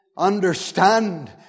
Understand